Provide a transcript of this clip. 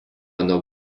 nuo